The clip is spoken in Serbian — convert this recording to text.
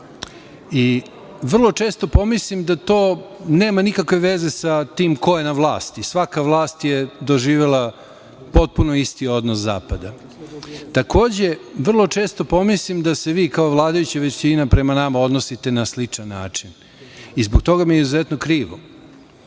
Vrlo često pomislim da to nema nikakve veze sa tim ko je na vlasti. Svaka vlast je doživela potpuno isti odnos zapada. Takođe, vrlo često pomislim da se vi kao vladajuća većina prema nama odnosite na sličan način. Zbog toga mi je izuzetno krivo. Kada